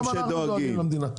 גם אנחנו דואגים למדינה.